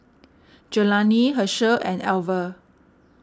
Jelani Hershel and Alver